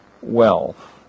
wealth